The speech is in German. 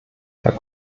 herr